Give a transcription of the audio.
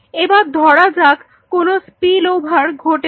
এবার ধরা যাক কোনো স্পিল ওভার ঘটেছে